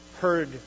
heard